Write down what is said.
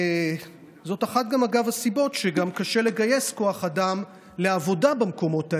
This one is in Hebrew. זאת גם אחת הסיבות שקשה לגייס כוח אדם לעבודה במקומות האלה,